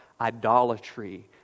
idolatry